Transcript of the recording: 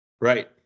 Right